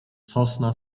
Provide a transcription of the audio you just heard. sosna